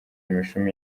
imishumi